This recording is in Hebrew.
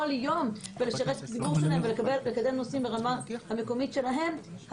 יום בלשרת את הציבור שלהם ולקדם נושאים ברמה המקומית שלהם,